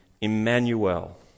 Emmanuel